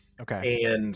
Okay